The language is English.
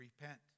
repent